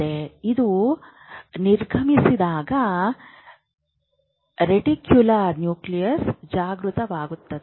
ಅದು ನಿರ್ಗಮಿಸಿದಾಗ reticular nucleus ಜಾಗೃತವಾಗುತ್ತದೆ